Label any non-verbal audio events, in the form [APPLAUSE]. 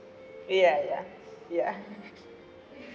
ya ya ya [LAUGHS]